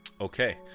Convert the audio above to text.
Okay